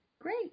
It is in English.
Great